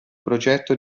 progetto